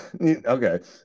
okay